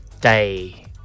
day